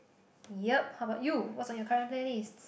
yup how about you what's on your current playlist